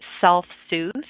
self-soothe